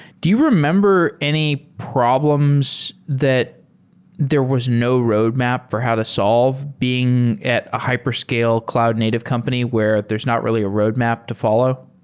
do you remember any problems that there was no roadmap for how to solve being at a hyper scale cloud-native company where there's not really a roadmap to follow?